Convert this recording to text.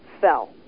fell